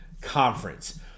Conference